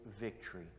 victory